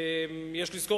יש לזכור,